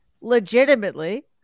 legitimately